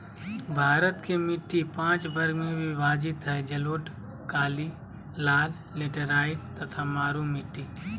भारत के मिट्टी पांच वर्ग में विभाजित हई जलोढ़, काली, लाल, लेटेराइट तथा मरू मिट्टी